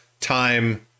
time